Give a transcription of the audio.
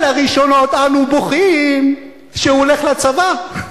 על הראשונות אנו בוכים שהוא הולך לצבא.